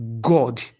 God